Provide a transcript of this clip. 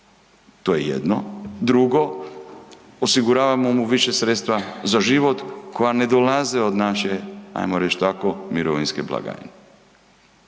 to je jedno, drugo osiguravamo mu više sredstva za život koja ne dolaze od naše, ajmo reći tako mirovinske blagajne.